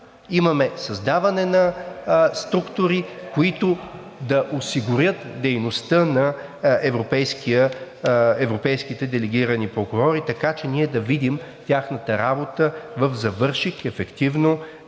имаме създаване на структури, които да осигурят дейността на европейските делегирани прокурори, така че ние да видим тяхната работа в завършек, ефективно